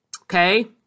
okay